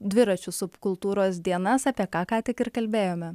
dviračių subkultūros dienas apie ką ką tik ir kalbėjome